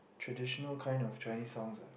traditional kind of Chinese songs leh